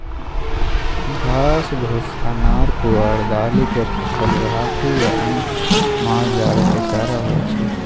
घास, भुस्सा, नार पुआर, दालिक फसल, घाठि आ अन्न मालजालक चारा होइ छै